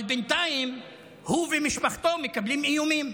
אבל בינתיים הוא ומשפחתו מקבלים איומים.